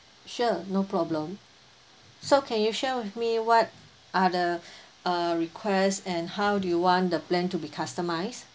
sure no problem so can you share with me what are the uh requests and how do you want the plan to be customised